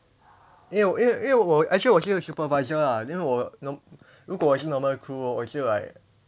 因为因为因为我 actually 我是 supervisor ah then 我 norm~ 如果我是 normal crew hor 我就 like